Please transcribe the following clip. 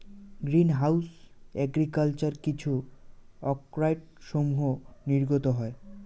green house agriculture কিছু অক্সাইডসমূহ নির্গত হয়